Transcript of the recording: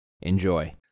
Enjoy